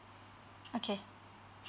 okay